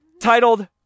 titled